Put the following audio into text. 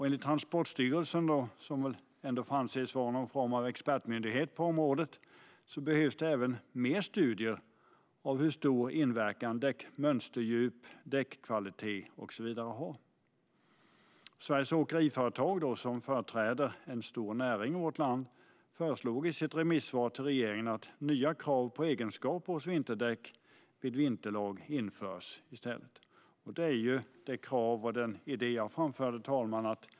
Enligt Transportstyrelsen, som väl ändå får anses vara expertmyndighet på området, behövs det även ytterligare studier av hur stor inverkan bland annat mönsterdjup och däckkvalitet har. Sveriges Åkeriföretag, som företräder en stor näring i vårt land, föreslog i sitt remissvar till regeringen att nya krav på egenskaper hos vinterdäck vid vinterväglag införs i stället. Det är samma krav och idé som jag framför, herr talman.